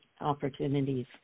opportunities